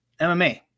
MMA